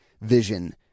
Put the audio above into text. vision